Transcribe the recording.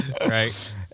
Right